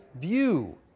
view